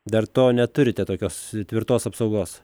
dar to neturite tokios tvirtos apsaugos